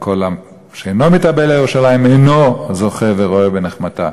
וכל שאינו מתאבל על ירושלים אינו זוכה ורואה בנחמתה.